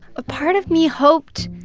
a part of me hoped,